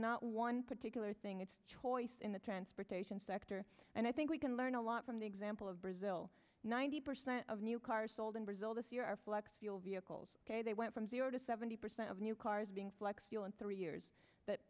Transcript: not one particular thing it's choice in the transportation sector and i think we can learn a lot from the example of brazil ninety percent of new cars sold in brazil this year are flex fuel vehicles they went from zero to seventy percent of new cars being flex fuel in three years